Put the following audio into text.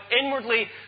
inwardly